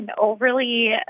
overly